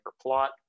plot